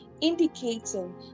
indicating